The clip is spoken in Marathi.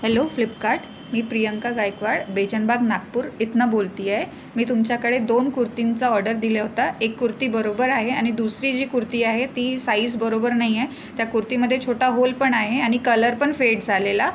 हॅलो फ्लिपकार्ट मी प्रियंका गायकवाड बेचनबाग नागपूर इथनं बोलते आहे मी तुमच्याकडे दोन कुर्तींचा ऑर्डर दिल्या होता एक कुर्ती बरोबर आहे आणि दुसरी जी कुर्ती आहे ती साईज बरोबर नाही आहे त्या कुर्तीमध्ये छोटा होल पण आहे आणि कलर पण फेड झालेला